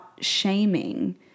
shaming